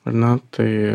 ar ne tai